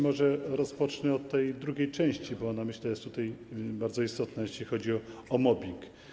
Może rozpocznę od tej drugiej części, bo ona jest tutaj bardzo istotna, jeśli chodzi o mobbing.